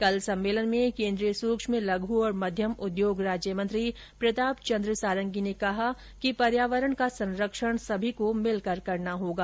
कल सम्मेलन में केन्द्रीय सूक्ष्म लघ् और मध्यम उद्योग राज्य मंत्री प्रतापचन्द्र सारंगी ने कहा कि पर्यावरण का संरक्षण सभी को मिलकर करना होगा